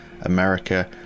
America